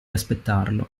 aspettarlo